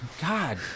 God